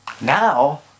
Now